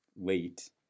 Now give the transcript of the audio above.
late